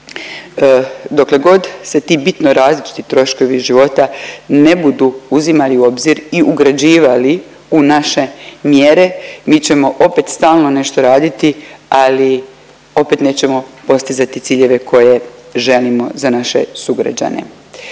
Dokle god se ti bitno različiti troškovi života ne budu uzimali u obzir i ugrađivali u naše mjere, mi ćemo opet stalno nešto raditi ali opet nećemo postizati ciljeve koje želimo za naše sugrađane.